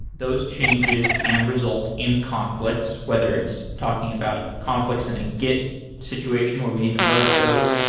those changes can result in conflict, whether it's talking about conflicts in a git situation where we need to merge those,